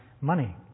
money